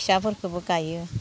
फिसाफोरखोबो गायो